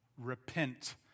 repent